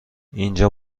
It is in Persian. اینجا